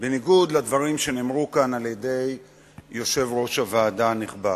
בניגוד לדברים שאמר כאן יושב-ראש הוועדה הנכבד.